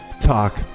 talk